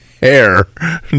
hair